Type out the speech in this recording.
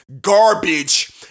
garbage